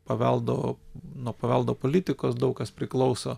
paveldo nuo paveldo politikos daug kas priklauso